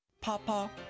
Papa